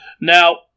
Now